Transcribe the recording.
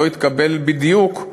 לא יתקבל בדיוק,